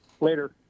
Later